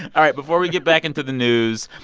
all right. before we get back into the news,